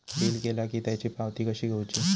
Bill केला की त्याची पावती कशी घेऊची?